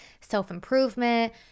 self-improvement